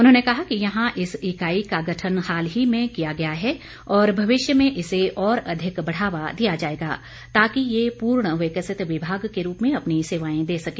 उन्होंने कहा कि यहां इस इकाई का गठन हाल ही में किया गया है और भविष्य में इसे और अधिक बढ़ावा दिया जाएगा ताकि ये पूर्ण विकसित विभाग के रूप में अपनी सेवाएं दे सके